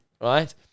Right